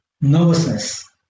Nervousness